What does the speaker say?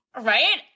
Right